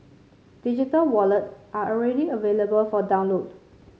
digital wallet are already available for download